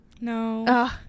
No